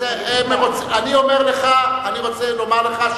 אני רוצה לומר לך,